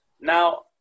Now